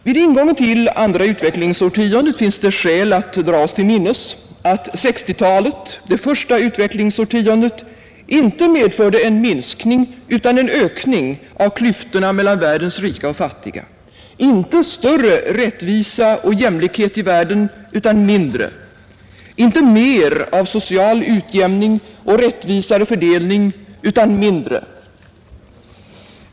Vid ingången till andra utvecklingsårtiondet finns det skäl att dra oss till minnes att 1960-talet — det första utvecklingsårtiondet — inte medförde en minskning utan en ökning av klyftorna mellan världens rika och fattiga, inte medförde större rättvisa och jämlikhet i världen utan mindre, inte medförde mer av social utjämning och rättvisare fördelning utan mindre.